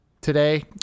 today